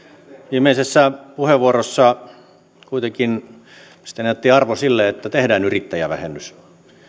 viimeisessä puheenvuorossa kuitenkin mielestäni annettiin arvo sille että tehdään yrittäjävähennys